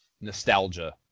nostalgia